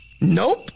Nope